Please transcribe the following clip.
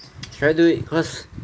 should I do it cause